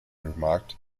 remarked